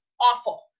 awful